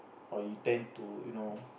or you tend to you know